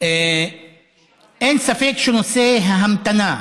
אין ספק שנושא ההמתנה,